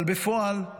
אבל בפועל,